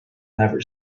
never